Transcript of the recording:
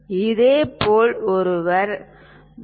இதேபோல் ஒருவர் பி